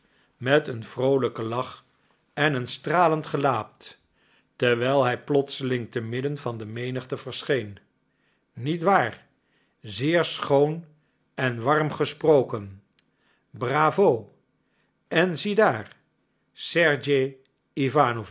met een vroolijken lach en een stralend gelaat terwijl hij plotseling te midden van de menigte verscheen niet waar zeer schoon en warm gesproken bravo en ziedaar sergej